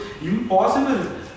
impossible